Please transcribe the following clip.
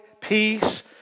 peace